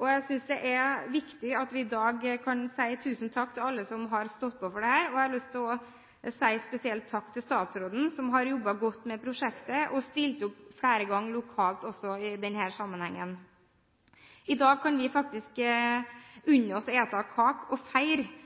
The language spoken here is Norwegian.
Jeg synes det er viktig at vi i dag sier tusen takk til alle som har stått på for dette. Jeg har også lyst til å rette en spesiell takk til statsråden, som har jobbet godt med prosjektet og stilt opp flere ganger lokalt også i denne sammenhengen. I dag kan vi faktisk unne oss å spise kake og